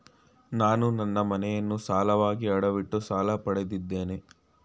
ನಾನು ನನ್ನ ಮನೆಯನ್ನು ಸಾಲವಾಗಿ ಅಡವಿಟ್ಟು ಸಾಲ ಪಡೆದಿದ್ದೇನೆ